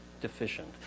deficient